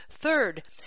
Third